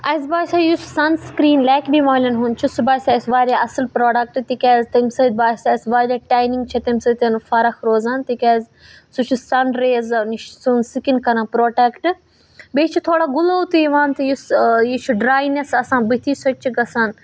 اَسہِ باسیو یُس سَن سٕکریٖن لیکمے والٮ۪ن ہُنٛد چھُ سُہ باسیو اَسہِ واریاہ اَصٕل پرٛوڈَکٹ تِکیٛازِ تَمہِ سۭتۍ باسیو اَسہِ واریاہ ٹینِنٛگ چھِ تَمہِ سۭتۍ فرق روزان تِکیٛازِ سُہ چھِ سَن ریزَن نِش سون سِکِن کَران پرٛوٹٮ۪کٹ بیٚیہِ چھِ تھوڑا گٕلو تہِ یِوان تہٕ یُس یہِ چھُ ڈرٛاینٮ۪س آسان بٕتھی سۄ تہِ چھِ گَژھان